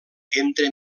entre